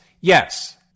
Yes